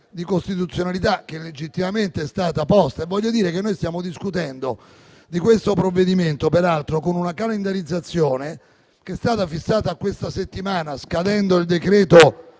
di costituzionalità, che legittimamente è stata posta. Voglio dire che stiamo discutendo di questo provvedimento, peraltro, con una calendarizzazione fissata a questa settimana - scadendo il decreto-legge